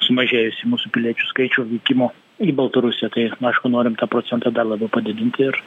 sumažėjusį mūsų piliečių skaičių vykimo į baltarusiją tai aišku norim tą procentą dar labiau padidinti ir